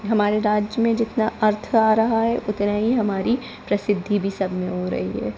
हमारे राज्य में जितना अर्थ आ रहा है उतना ही हमारी प्रसिद्धि भी सब में हो रही है